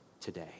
today